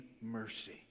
mercy